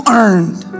earned